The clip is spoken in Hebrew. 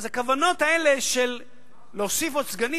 אז הכוונות האלה של להוסיף עוד סגנים,